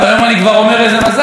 זה קרה לו בפעם הקודמת,